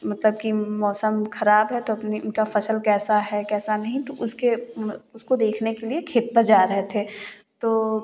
मतलब कि मौसम ख़राब है तो अपने उनका फ़सल कैसी है कैसी नहीं तो उसके उसको देखने के लिए खेत पर जा रहे थे तो